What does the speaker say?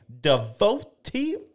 devotee